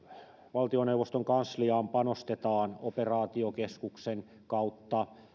valtioneuvoston kansliaan panostetaan operaatiokeskuksen kautta